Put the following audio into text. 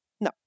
No